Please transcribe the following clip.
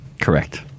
correct